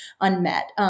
unmet